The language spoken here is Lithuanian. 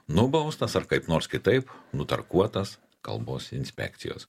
nubaustas ar kaip nors kitaip nutarkuotas kalbos inspekcijos